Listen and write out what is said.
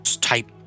type